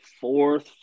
fourth